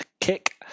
kick